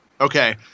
Okay